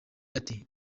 ati